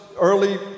early